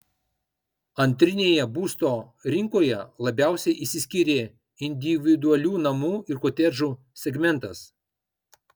antrinėje būsto rinkoje labiausiai išsiskyrė individualių namų ir kotedžų segmentas